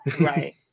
Right